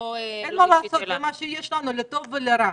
אין מה לעשות, זה מה שיש לנו, לטוב ולרע.